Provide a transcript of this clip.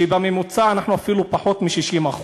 שבממוצע אנחנו אפילו פחות מ-60%,